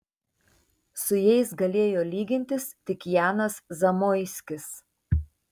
su jais galėjo lygintis tik janas zamoiskis